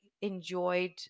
enjoyed